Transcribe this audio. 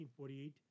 1948